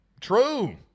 True